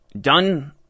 done